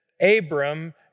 Abram